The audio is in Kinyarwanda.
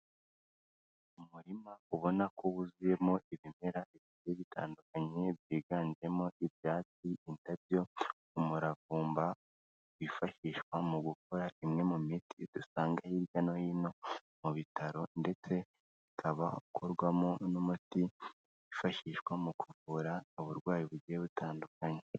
Umurima ubona ko wuzuyemo ibimera bigiye bitandukanye byiganjemo ibyatsi indabyo umuravumba wifashishwa mu gukora imwe mu miti idusanga hirya no hino mu bitaro, ndetse ukaba ukorwamo n'umuti wifashishwa mu kuvura uburwayi bugiye butandukanye.